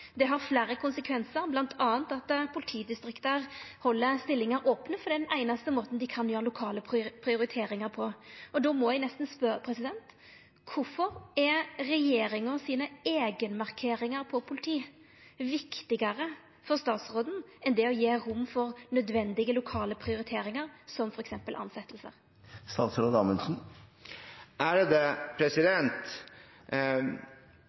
Det har fleire konsekvensar, bl.a. at politidistrikt held stillingar opne fordi det er den einaste måten dei kan gjera lokale prioriteringar på. Då må eg nesten spørja: Kvifor er regjeringa sine eigenmarkeringar når det gjeld politi, viktigare for statsråden enn å gje rom for nødvendige lokale prioriteringar, som f.eks. tilsettingar? Spørsmålsformuleringen er noe jeg ikke kjenner meg igjen i, og det